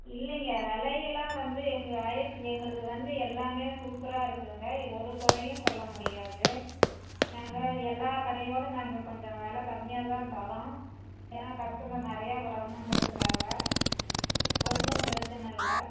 இல்லைங்க விலையெல்லாம் வந்து எங்கள் ஐட் எங்களது வந்து எல்லாமே சூப்பராக இருக்குங்க ஒரு குறையும் சொல்ல முடியாது நாங்கள் எல்லா கடையோடய நாங்கள் கொஞ்சம் விலை கம்மியாக தான் தரோம் ஏன்னால் கஸ்டமர் நிறையா வரணுங்கிறதுக்காக ஒன்றும் பிரச்சின இல்லை